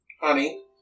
Honey